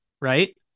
right